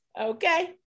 Okay